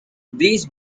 these